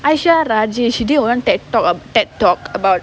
aishwarya rajesh she did one TED talk TED talk about